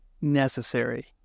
necessary